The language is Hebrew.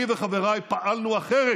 אני וחבריי פעלנו אחרת.